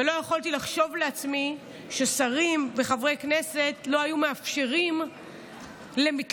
ולא יכולתי לחשוב לעצמי ששרים וחברי כנסת לא היו מאפשרים למתלוננות,